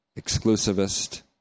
exclusivist